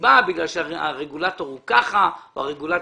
סיבה האומרת שזה בגלל שהרגולטור הוא כך או כך.